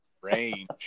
range